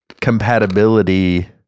compatibility